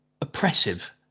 oppressive